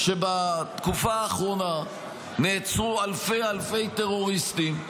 בתקופה האחרונה נעצרו אלפי אלפי טרוריסטים,